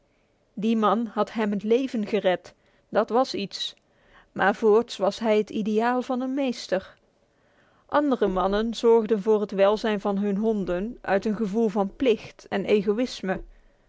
de man had hem het leven gered dat was iets maar voorts was hij het ideaal van een meester andere mannen zorgden voor het welzijn van hun honden uit een gevoel van plicht en egoïsme